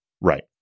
Right